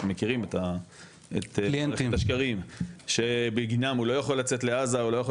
מכירים את השקרים - בגינם הוא לא יכול לצאת לעזה או לא יכול